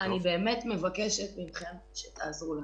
אני באמת מבקשת מכם שתעזרו לנו.